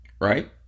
right